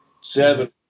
Seven